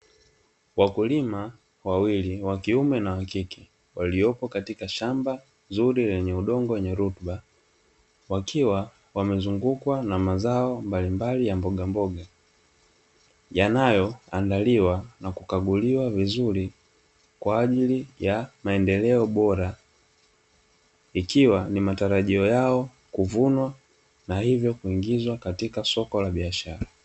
Wakulima wawili, wakiume na wakike waliopo katika shamba zuri lenye udongo wenye rutuba, wakiwa wamezungukwa na mazao mbalimbali ya mbogamboga yanayo andaliwa na kukaguliwa vizuri kwaajili ya maendeleo bora, ikiwa ni matarajio yao kuvuna na hivyo kuingizwa katika soko la biashara.